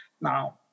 now